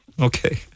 Okay